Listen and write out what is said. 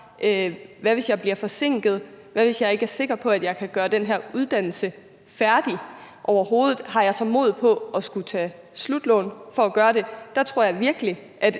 Hvad, hvis jeg bliver forsinket? Hvad, hvis jeg ikke er sikker på, at jeg overhovedet kan gøre den her uddannelse færdig, og har jeg så mod på at skulle tage slutlån for at gøre det? Der tror jeg virkelig, at